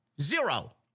Zero